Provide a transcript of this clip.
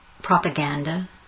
Propaganda